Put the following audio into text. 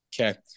Okay